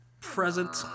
Present